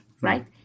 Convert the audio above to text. right